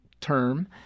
term